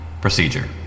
Procedure